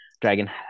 Dragon